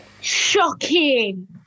Shocking